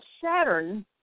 Saturn